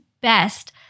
best